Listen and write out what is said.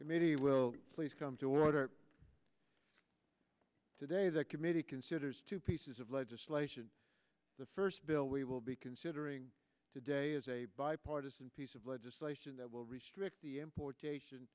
committee will please come to order today the committee considers two pieces of legislation the first bill we will be considering today is a bipartisan piece of legislation that will restrict the importation